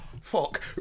Fuck